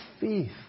faith